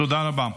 תודה רבה.